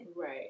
Right